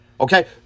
Okay